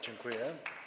Dziękuję.